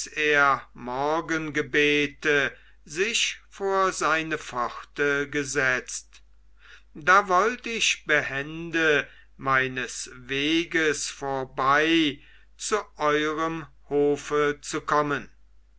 er morgengebete sich vor seine pforte gesetzt da wollt ich behende meines weges vorbei zu eurem hofe zu kommen